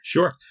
Sure